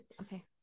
Okay